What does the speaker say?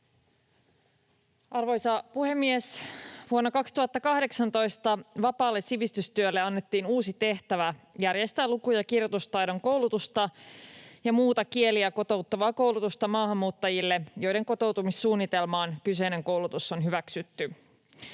Arvoisa puhemies! Vuonna 2018 vapaalle sivistystyölle annettiin uusi tehtävä järjestää luku‑ ja kirjoitustaidon koulutusta ja muuta kieli‑ ja kotouttavaa koulutusta maahanmuuttajille, joiden kotoutumissuunnitelmaan kyseinen koulutus on hyväksytty.